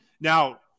Now